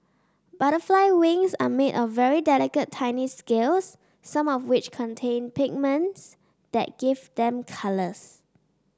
butterfly wings are made of very delicate tiny scales some of which contain pigments that give them colours